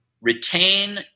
Retain